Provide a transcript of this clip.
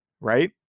right